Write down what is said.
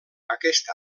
aquest